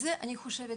וזה אני חושבת